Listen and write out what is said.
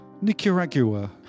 Nicaragua